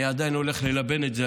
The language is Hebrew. אני עדיין הולך ללבן את זה.